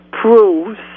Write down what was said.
proves